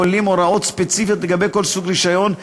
כוללים הוראות ספציפיות לגבי כל סוג רישיון,